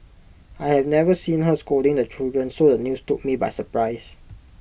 I have never seen her scolding the children so the news took me by surprise